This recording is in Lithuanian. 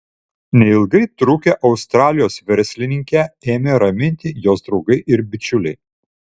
neilgai trukę australijos verslininkę ėmė raminti jos draugai ir bičiuliai